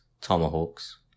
tomahawks